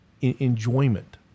enjoyment